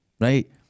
Right